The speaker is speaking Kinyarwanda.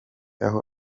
aho